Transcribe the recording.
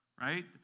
Right